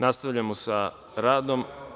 Nastavljamo sa radom.